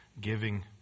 giving